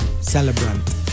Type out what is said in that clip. celebrant